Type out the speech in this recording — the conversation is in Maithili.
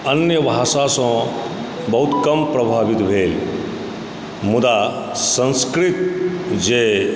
अन्य भाषासँ बहुत कम प्रभावित भेल मुदा संस्कृत जे